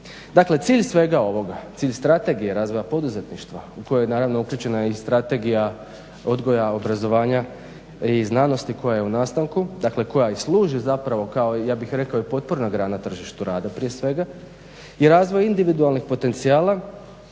Dakle, cilj svega ovoga, cilj Strategije razvoja poduzetništva u koje je naravno uključena i Strategija odgoja, obrazovanja i znanosti koja je u nastanku, dakle koja i služi zapravo kao ja bih rekao i potporna grana tržištu rada prije svega i razvoj individualnih potencijala